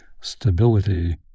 stability